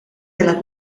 della